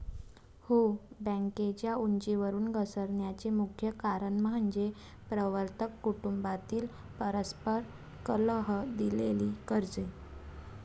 हो, बँकेच्या उंचीवरून घसरण्याचे मुख्य कारण म्हणजे प्रवर्तक कुटुंबातील परस्पर कलह, दिलेली कर्जे